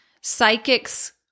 psychics